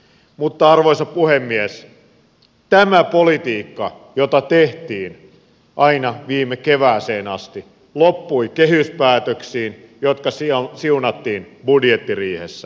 mutta arvoisa puhemies tämä politiikka jota tehtiin aina viime kevääseen asti loppui kehyspäätöksiin jotka siunattiin budjettiriihessä